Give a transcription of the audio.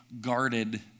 guarded